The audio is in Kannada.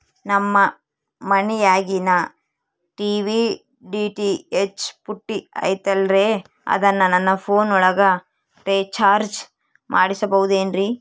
ನಮ್ಮ ಮನಿಯಾಗಿನ ಟಿ.ವಿ ಡಿ.ಟಿ.ಹೆಚ್ ಪುಟ್ಟಿ ಐತಲ್ರೇ ಅದನ್ನ ನನ್ನ ಪೋನ್ ಒಳಗ ರೇಚಾರ್ಜ ಮಾಡಸಿಬಹುದೇನ್ರಿ?